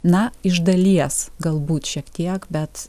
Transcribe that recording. na iš dalies galbūt šiek tiek bet